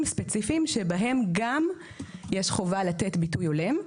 ספציפיים שבהם גם יש חובה לתת ביטוי הולם,